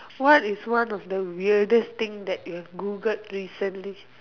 what is one of the weirdest thing that you've Googled recently